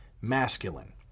masculine